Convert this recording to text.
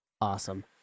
awesome